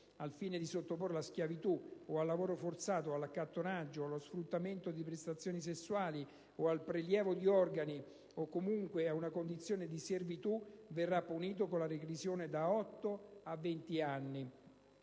al fine di sottoporla a schiavitù o al lavoro forzato o all'accattonaggio o a sfruttamento di prestazioni sessuali o al prelievo di organi o comunque a una condizione di servitù» verrà punito «con la reclusione da otto a